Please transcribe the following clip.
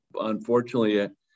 Unfortunately